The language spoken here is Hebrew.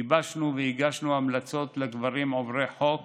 גיבשנו והגשנו המלצות לגברים עוברי חוק